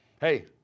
hey